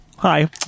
Hi